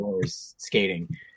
skating